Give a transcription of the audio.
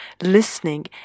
listening